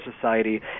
society